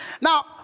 Now